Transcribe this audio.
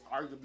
arguably